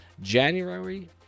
January